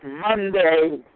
Monday